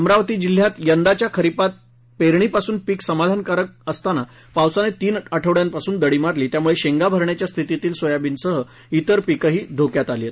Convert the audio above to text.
अमरावती जिल्ह्यात यंदाच्या खरीपात पेरणीपासन पीक समाधानकारक असताना पावसाने तीन आठवड्यांपासन दडी मारली त्यामुळे शेंगा भरण्याच्या स्थितीतील सोयाबीनसह विरही पीके धोक्यात आली आहेत